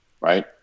right